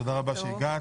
תודה רבה שהגעת.